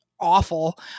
awful